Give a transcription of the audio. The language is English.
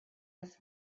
his